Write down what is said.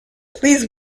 please